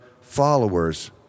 followers